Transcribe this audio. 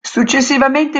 successivamente